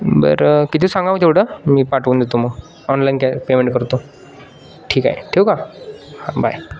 बरं किती सांगा मी तेवढं मी पाठवून देतो मग ऑनलाईन कॅ पेमेंट करतो ठीक आहे ठेवू का हां बाय